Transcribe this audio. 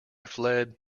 fled